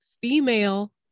female